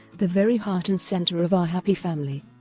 the very heart and centre of our happy family.